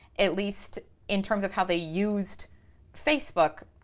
at least in terms of how they used facebook,